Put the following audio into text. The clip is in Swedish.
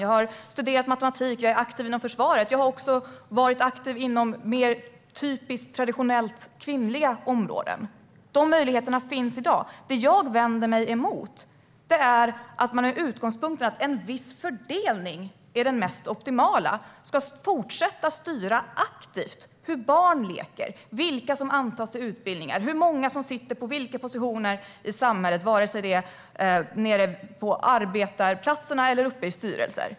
Jag har studerat matematik och är aktiv i försvaret, men jag har också varit aktiv inom mer traditionellt kvinnliga områden. Dessa möjligheter finns i dag. Det jag vänder mig mot är att ni tar utgångspunkt i att en viss fördelning är den mest optimala och att ni vill fortsätta att aktivt styra hur barn leker, vilka som antas till utbildningar och hur många som sitter på vilka positioner i samhället, vare sig det är nere hos arbetarna eller uppe i styrelsen.